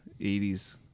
80s